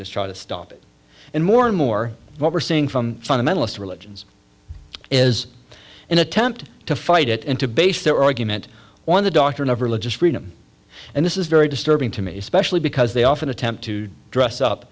to try to stop it and more and more what we're seeing from fundamentalist religions it is an attempt to fight it and to base their argument on the doctrine of religious freedom and this is very disturbing to me especially because they often attempt to dress up